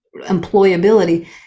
employability